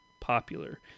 popular